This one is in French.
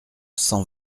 cent